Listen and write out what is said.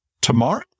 Tomorrow